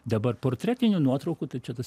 dabar portretinių nuotraukų tai čia tas